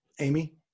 Amy